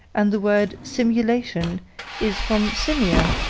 and the word simulation is from simia,